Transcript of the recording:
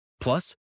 Plus